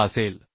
6 असेल